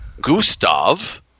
Gustav